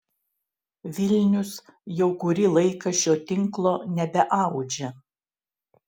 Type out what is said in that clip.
vilnius jau kurį laiką šio tinklo nebeaudžia